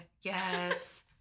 Yes